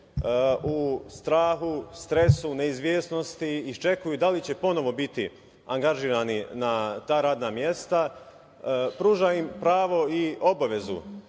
u strahu, stresu, neizvesnosti i iščekuju da li će ponovo biti angažirani na ta radna mesta, pruža im pravo i obavezu